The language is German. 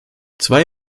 zwei